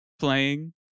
Playing